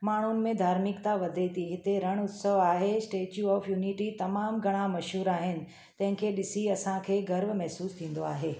माण्हुनि में धार्मिक्ता वधे थी हिते रण उत्सव आहे स्टेचू ऑफ यूनिटी तमामु घणा मशहूर आहिनि तंहिंखे ॾिसी असांखे गर्व महसूसु थींदो आहे